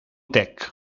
tech